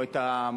או את המחלוקת,